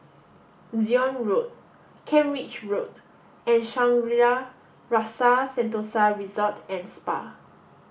Zion Road Kent Ridge Road and Shangri La's Rasa Sentosa Resort and Spa